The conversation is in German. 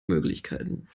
möglichkeiten